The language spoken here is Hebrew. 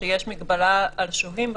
שיש מגבלה על שוהים במקום.